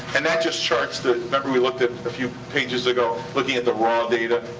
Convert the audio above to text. and that just charts the, remember we looked at a few pages ago, looking at the raw data?